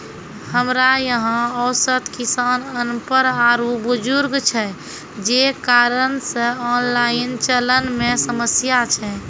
हमरा यहाँ औसत किसान अनपढ़ आरु बुजुर्ग छै जे कारण से ऑनलाइन चलन मे समस्या छै?